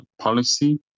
policy